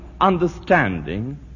understanding